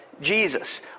Jesus